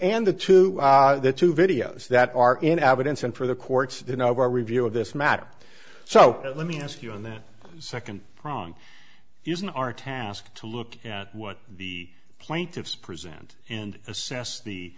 and the two the two videos that are in evidence and for the courts in our review of this matter so let me ask you on that second prong isn't our task to look at what the plaintiffs present and assess the